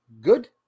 Good